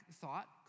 thought